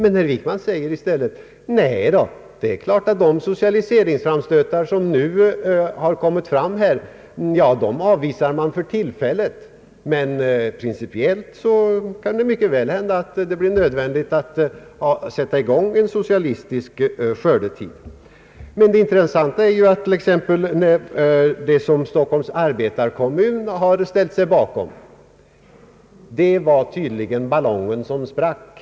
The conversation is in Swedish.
I stället säger herr Wickman att man avvisar de socialiseringsframstötar som nu kommer fram, men att det principiellt mycket väl kan hända att det blir nödvändigt att sätta i gång en socialistisk skördetid. Det intressanta i sammanhanget är att det förslag som Stockholms arbetarkommun har ställt sig bakom, det var tydligen ballongen som sprack.